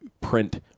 print